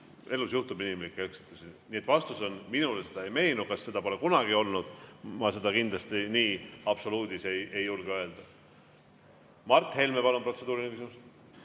Elus juhtub inimlikke eksitusi. Nii et vastus on: minule ei meenu. Kas seda pole kunagi olnud? Ma seda kindlasti nii absoluudis ei julge öelda. Mart Helme, palun protseduuriline küsimus!